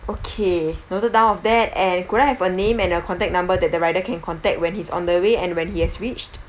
okay noted down of that and could I have a name and a contact number that the rider can contact when he's on the way and when he has reached